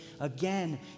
again